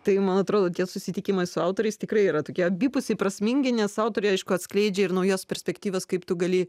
tai man atrodo tie susitikimai su autoriais tikrai yra tokie abipusiai prasmingi nes autoriui aišku atskleidžia ir naujas perspektyvas kaip tu gali